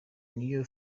new